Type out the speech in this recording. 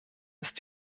ist